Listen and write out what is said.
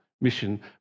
mission